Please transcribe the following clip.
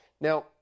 Now